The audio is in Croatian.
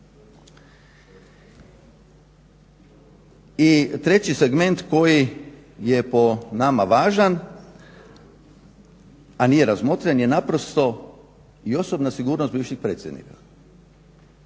I treći segment koji je po nama važan, a nije razmotren je naprosto i osobna sigurnost bivših predsjednika.